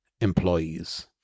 employees